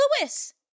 Lewis